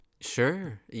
Sure